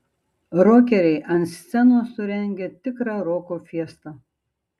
rokeriai ant scenos surengė tikrą roko fiestą